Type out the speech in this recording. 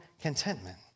contentment